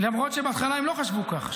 למרות שבהתחלה הם לא חשבו כך,